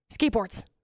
Skateboards